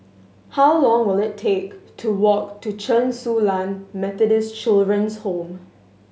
how long will it take to walk to Chen Su Lan Methodist Children's Home